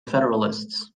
federalists